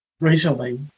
recently